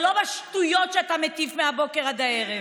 ולא בשטויות שאתה מטיף מהבוקר עד הערב.